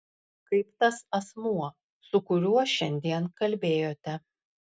kaip tas asmuo su kuriuo šiandien kalbėjote